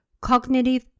cognitive